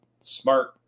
smart